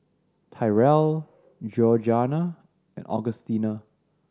Tyrell Georganna and Augustina